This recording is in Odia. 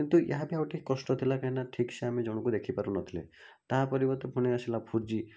କିନ୍ତୁ ଏହା ବି ଆଉ ଟିକେ କଷ୍ଟ ଥିଲା କାହିଁକିନା ଠିକ୍ସେ ଆମେ ଜଣକୁ ଦେଖି ପାରୁନଥିଲେ ତା ପରିବର୍ତ୍ତେ ପୁଣି ଆସିଲା ଫୋର୍ ଜି